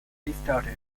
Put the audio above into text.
restarted